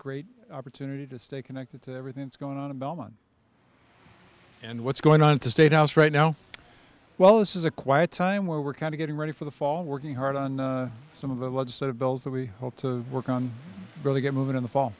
great opportunity to stay connected to everything that's going on about one and what's going on to state house right now well this is a quiet time where we're kind of getting ready for the fall working hard on some of the legislative bills that we hope to work on really get moving in the fall